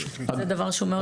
זה דבר שהוא מבורך מאוד.